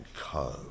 Co